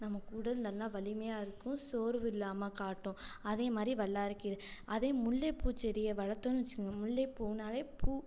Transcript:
நமக்கு உடல் நல்லா வலிமையாக இருக்கும் சோர்வு இல்லாமல் காட்டும் அதே மாதிரி வல்லாரைக் கீரை அதே முல்லைப் பூச்செடியை வளர்த்தோன்னு வச்சுக்கோங்க முல்லைப் பூன்னாலே பூ